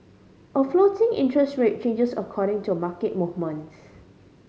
a floating interest rate changes according to a market movements